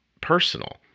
personal